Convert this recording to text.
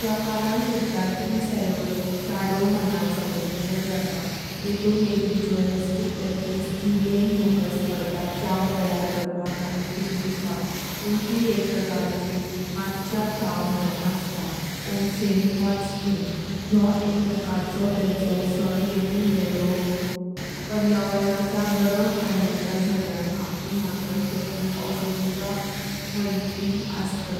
जपानां सुधा चाय समारोह (चडो) मानण सेलिब्रेशन जाता तेतुं एक रितुअलिस्टिक प्राक्टिस जी माइन फोकस्ड करतात चा तयार करपाक आनी ती पिवपाक पुण ती एक प्रकार ची माचा चा मानण असता। ओनसेन (गरम पान्याचो सोर्स): योह एक प्रकार चो तेंचो सन जेतुं ते लोक पावारांच्या गरम पान्याच्या झाऱ्यां आपुं न्हातात ते खुब औषधिचें मानणपणि असता।